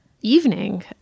evening